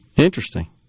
Interesting